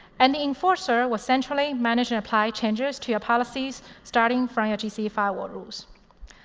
and the enforcer will centrally manage and apply changes to your policies starting from your gc firewall rules.